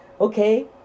Okay